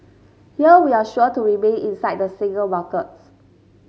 here we're sure to remain inside the single markets